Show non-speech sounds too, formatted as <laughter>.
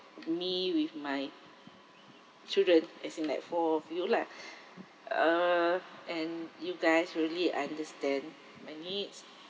me with my children as in like four of you lah <breath> uh and you guys really understand my needs